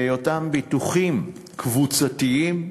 בהיותם ביטוחים קבוצתיים,